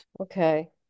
okay